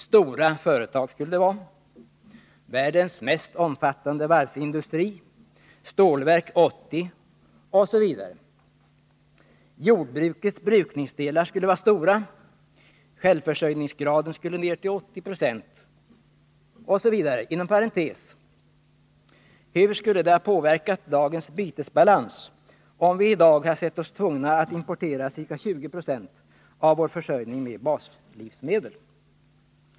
Det skulle vara stora företag — världens mest omfattande varvsindustri, Stålverk 80 osv. Jordbrukets brukningsdelar skulle vara stora, självförsörjningsgraden skulle ner till 80 20 osv. Inom parentes sagt: Hur skulle det ha påverkat dagens bytesbalans om vi i dag sett oss tvungna att importera ca 20 Zo av vår försörjning med baslivsmedel?